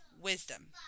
wisdom